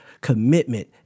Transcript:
commitment